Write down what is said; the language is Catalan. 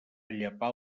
llepar